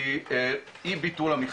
היא אי ביטול המכסה.